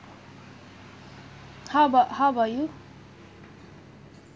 how about how about you